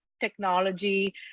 technology